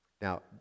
Now